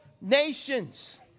nations